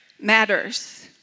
matters